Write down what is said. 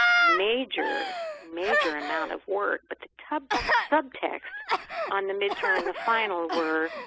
major, major amount of work, but the subtexts on the midterm and the final were